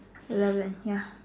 eleven ya